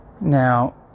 now